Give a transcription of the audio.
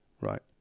right